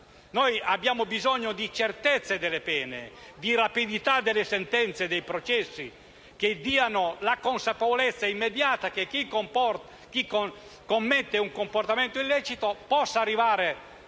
Noi abbiamo bisogno di certezza delle pene, di rapidità delle sentenze e dei processi, affinché diano la consapevolezza immediata che chi commette un comportamento illecito possa arrivare